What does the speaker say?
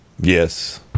Yes